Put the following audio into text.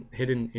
hidden